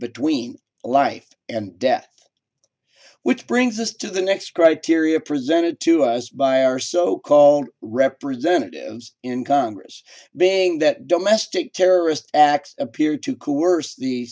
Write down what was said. between life and death which brings us to the next criteria presented to us by our so called representatives in congress being that domestic terrorist attacks appear to coerce the